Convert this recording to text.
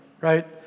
right